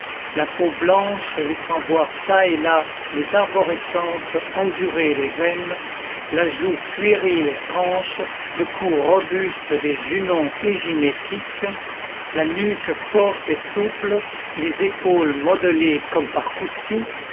la peau blanche laissant voir çà et là les arborescences azurées des veines la joue puérile et franche le cou robuste des junons éginétiques la nuque forte et souple les épaules modelées comme par coustou